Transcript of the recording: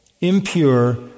impure